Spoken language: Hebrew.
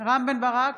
רם בן ברק,